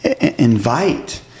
invite